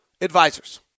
Advisors